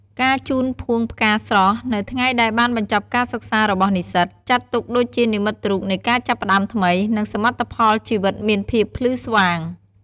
ការជូនភួងផ្កាស្រស់នៅ ថ្ងៃដែលបានបញ្ចប់ការសិក្សារបស់និស្សិត ចាត់ទុកដូចជានិមិត្តរូបនៃការចាប់ផ្តើមថ្មី និងសមិទ្ធផលជីវិតមានភាពភ្លឺស្វាង។